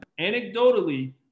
anecdotally